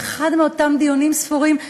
באחד מאותם דיונים ספורים,